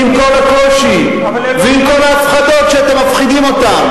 עם כל הקושי ועם כל ההפחדות שאתם מפחידים אותם.